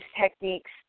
techniques